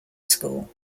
school